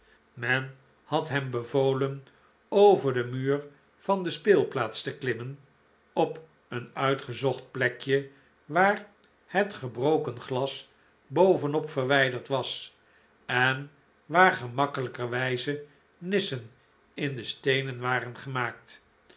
men had hem bevolen over den muur van de speelplaats te klimmen op een uitgezocht plekje waar het gebroken glas bovenop verwijderd was en waar gemakkelijkerwijze nissen in de steenen waren gemaakt